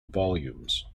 volumes